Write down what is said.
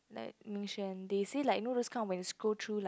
like ming-xuan they say like you know those kind of when you scroll through like